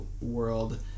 world